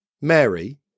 Mary